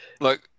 Look